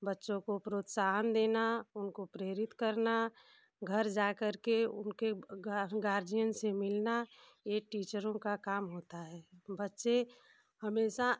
बच्चों को प्रोत्साहन देना उनको प्रेरित करना घर जाकर उनके गार्जियन से मिलना ये टीचरों का काम होता है बच्चे हमेशा